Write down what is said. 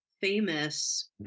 famous